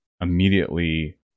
immediately